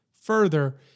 further